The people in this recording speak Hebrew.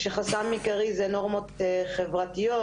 החסם העיקרי הוא נורמות חברתיות,